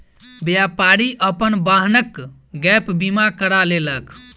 व्यापारी अपन वाहनक गैप बीमा करा लेलक